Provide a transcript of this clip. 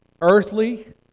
earthly